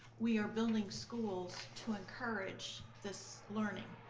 we are building schools to encourage this learning,